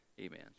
amen